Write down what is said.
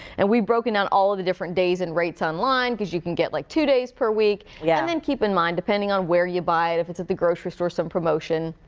and we've broken down all of the different days and rates on-line because you can get like two days per week yeah and then keep in mind depending on where you buy it, if it's at the grocery store, some promotion,